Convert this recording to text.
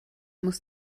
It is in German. muss